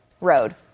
road